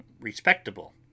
respectable